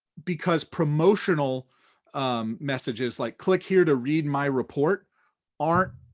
because promotional messages like, click here to read my report aren't